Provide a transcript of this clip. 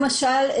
למשל,